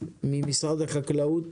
ממשרד החקלאות,